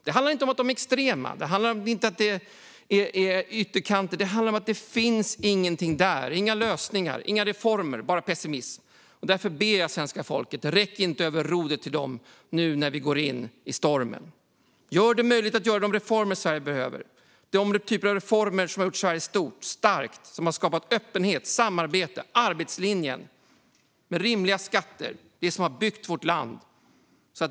Det handlar inte om att partierna är extrema eller är ytterkantspartier, utan det handlar om att det inte finns några lösningar, reformer, bara pessimism. Därför ber jag svenska folket att inte räcka över rodret till dem när vi går in i stormen. Gör det möjligt att genomföra de reformer Sverige behöver! Det handlar om den typ av reformer som har gjort Sverige stort och starkt - som har skapat öppenhet, samarbete och arbetslinjen, gett oss rimliga skatter och byggt vårt land.